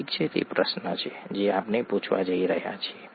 ઠીક છે તે પ્રશ્ન છે જે આપણે પૂછવા જઈ રહ્યા છીએ